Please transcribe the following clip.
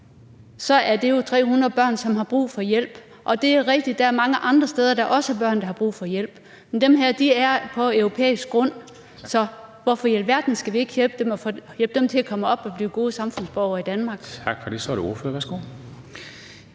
så er det jo 300 børn, som har brug for hjælp. Det er rigtigt, at der er mange andre steder, hvor der også er børn, der har brug for hjælp, men de her er på europæisk grund. Så hvorfor i alverden skal vi ikke hjælpe dem til at komme herop og blive gode samfundsborgere i Danmark? Kl. 16:51 Formanden (Henrik